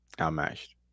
outmatched